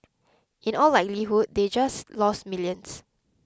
in all likelihood they had just lost millions